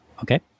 Okay